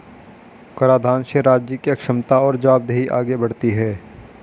कराधान से राज्य की क्षमता और जवाबदेही आगे बढ़ती है